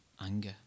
anger